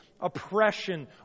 Oppression